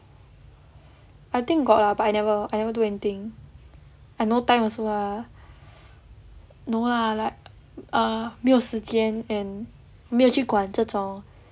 I think got lah but I never I never do anything I no time also lah no lah like err 没有时间 and 没有去管这种